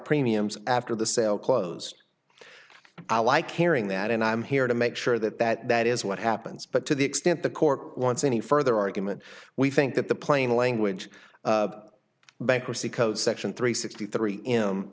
premiums after the sale closed i like hearing that and i'm here to make sure that that is what happens but to the extent the court wants any further argument we think that the plain language bankruptcy code section three sixty three